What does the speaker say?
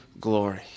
glory